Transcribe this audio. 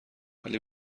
ولی